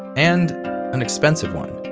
and an expensive one.